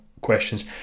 questions